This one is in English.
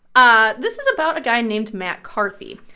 ah this is about a guy named matt carthy.